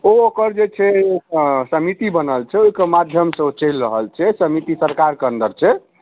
ओ ओकर जे छै समिति बनल छै ओहिके माध्यमसँ ओ चलि रहल छै समिति सरकार कऽ अन्दर छै